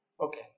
Okay